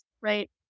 right